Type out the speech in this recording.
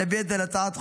להביא את זה להצעת חוק,